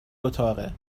اتاقه